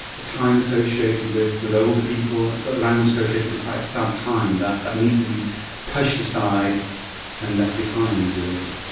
a time associated with with older people. and a language associated with a quite sad time that that needs to be pushed aside and left behind, really.